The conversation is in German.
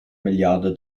milliarde